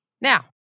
Now